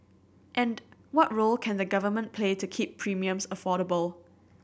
and what role can the Government play to keep premiums affordable